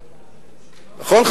נכון,